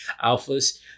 Alphas